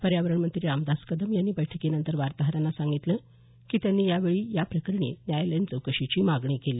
पर्यावरण मंत्री रामदास कदम यांनी बैठकीनंतर वार्ताहरांना सांगितलं की त्यांनी यावेळी या प्रकरणी न्यायालयीन चौकशीची मागणी केली